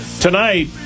tonight